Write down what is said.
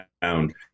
found